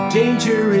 danger